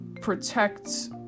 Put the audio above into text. protect